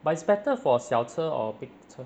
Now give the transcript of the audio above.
but it's better for 小车 or big car